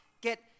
get